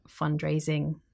fundraising